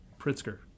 Pritzker